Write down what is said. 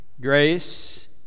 Grace